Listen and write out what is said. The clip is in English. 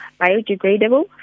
biodegradable